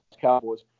Cowboys